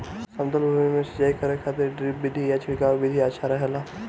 समतल भूमि में सिंचाई करे खातिर ड्रिप विधि या छिड़काव विधि अच्छा रहेला?